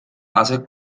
hace